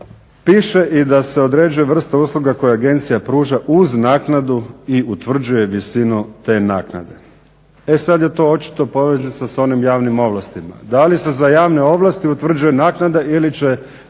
Piše i da se određuje vrsta usluga koje agencija pruža uz naknadu i utvrđuje visinu te naknade. E sada je to očito poveznica sa onim javnim ovlastima. Da li se za javne ovlasti utvrđuje naknada ili će